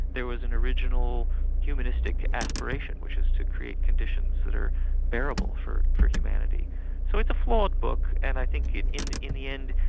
there was an original humanistic aspiration, which is to create conditions that are bearable for for humanity so it's a flawed book, and i think in in the end,